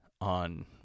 on